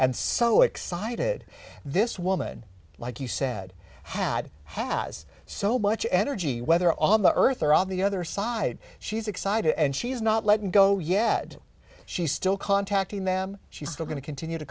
and so excited this woman like you said had has so much energy whether all the earth or all the other side she's excited and she's not letting go yad she's still contacting them she's still going to continue to